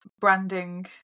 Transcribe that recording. branding